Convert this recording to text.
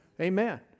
Amen